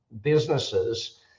businesses